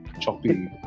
choppy